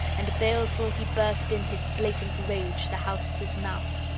and baleful he burst in his blatant rage, the house's mouth.